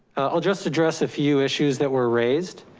i'll just address a few issues that were raised.